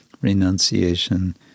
renunciation